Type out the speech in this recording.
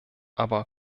aber